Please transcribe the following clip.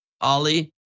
Ollie